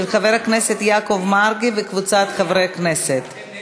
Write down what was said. של חבר הכנסת משה גפני וקבוצת חברי הכנסת,